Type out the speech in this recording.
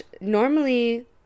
Normally